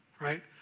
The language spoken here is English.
right